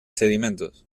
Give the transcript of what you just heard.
sedimentos